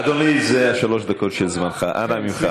אדוני, זה השלוש דקות של זמנך, אנא ממך.